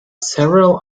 several